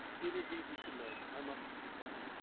it is easy to make. i must decline.